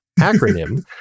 acronym